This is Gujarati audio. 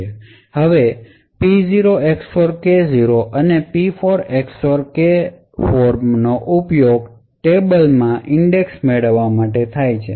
હવે આ P0 XOR K0 અને P4 XOR K4 નો ઉપયોગ ટેબલમાં ઇંડેક્સ મેળવવા માટે થાય છે